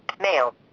Mail